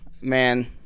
man